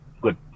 good